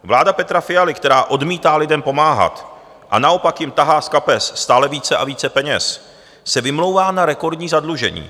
Vláda Petra Fialy, která odmítá lidem pomáhat a naopak jim tahá z kapes stále více a více peněz, se vymlouvá na rekordní zadlužení.